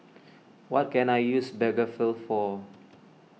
what can I use Blephagel for